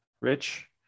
Rich